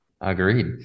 Agreed